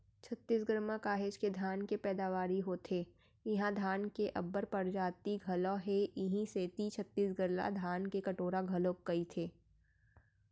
छत्तीसगढ़ म काहेच के धान के पैदावारी होथे इहां धान के अब्बड़ परजाति घलौ हे इहीं सेती छत्तीसगढ़ ला धान के कटोरा घलोक कइथें